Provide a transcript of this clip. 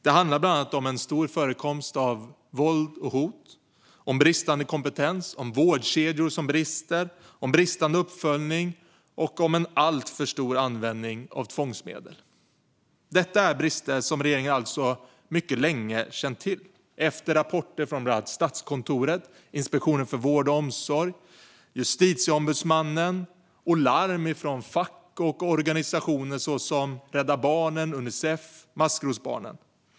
Det handlar bland annat om stor förekomst av våld och hot, bristande kompetens, vårdkedjor som brister, bristande uppföljning och alltför stor användning av tvångsmedel. Det här är brister som regeringen alltså mycket länge har känt till efter rapporter från bland annat Statskontoret, Inspektionen för vård och omsorg och Justitieombudsmannen samt larm från fack och andra organisationer såsom Rädda Barnen, Unicef och Maskrosbarn.